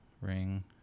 ring